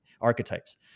archetypes